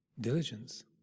diligence